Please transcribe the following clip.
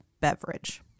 beverage